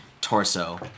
torso